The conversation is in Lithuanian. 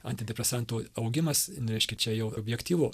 antidepresantų augimas reiškia čia jau objektyvu